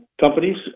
companies